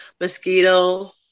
mosquito